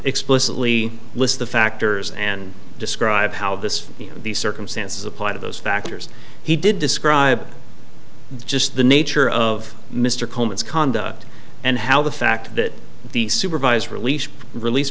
explicitly list the factors and describe how this these circumstances apply to those factors he did describe just the nature of mr coleman's conduct and how the fact that the supervised release release